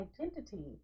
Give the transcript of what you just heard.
identity